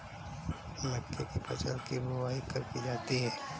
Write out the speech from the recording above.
मक्के की फसल की बुआई कब की जाती है?